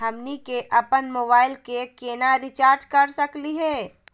हमनी के अपन मोबाइल के केना रिचार्ज कर सकली हे?